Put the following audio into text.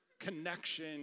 connection